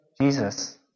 Jesus